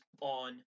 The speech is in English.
on